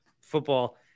football